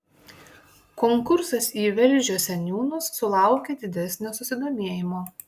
konkursas į velžio seniūnus sulaukė didesnio susidomėjimo